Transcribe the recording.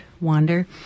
wander